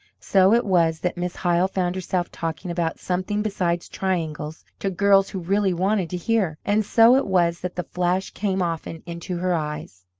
so it was that miss hyle found herself talking about something besides triangles to girls who really wanted to hear, and so it was that the flash came often into her eyes.